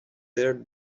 third